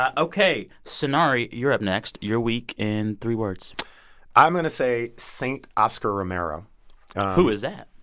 ah ok. sonari, you're up next. your week in three words i'm going to say saint oscar romero who is that?